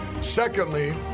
Secondly